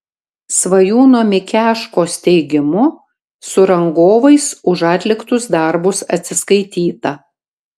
svajūno mikeškos teigimu su rangovais už atliktus darbus atsiskaityta